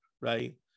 right